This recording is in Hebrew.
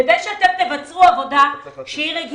כדי שאתם תבצעו עבודה רגילה?